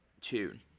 tune